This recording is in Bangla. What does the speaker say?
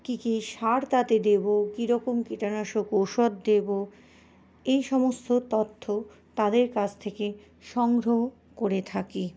কী কী সার তাতে দেব কীরকম কীটনাশক ঔষধ দেব এই সমস্ত তথ্য তাদের কাছ থেকে সংগ্রহ করে থাকি